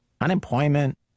Unemployment